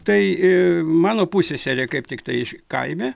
tai mano pusseserė kaip tiktai iš kaime